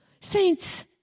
Saints